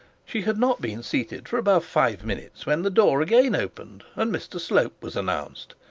she had not been seated for above five minutes when the door again opened, and mr slope was announced.